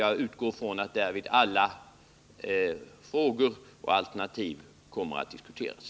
Jag utgår från att därvid alla frågor och alternativ kommer att diskuteras.